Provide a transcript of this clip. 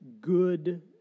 good